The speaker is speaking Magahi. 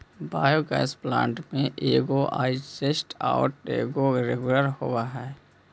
बायोगैस प्लांट में एगो डाइजेस्टर आउ एगो रेगुलेटर होवऽ हई